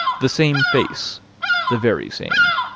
the same face the very same.